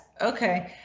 Okay